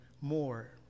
more